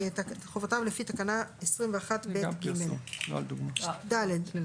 21ב(ג); (ד)לא